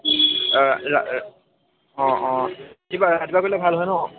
অঁ অঁ কিবা ৰাতিপুৱা কৰিলে ভাল হয় নহ্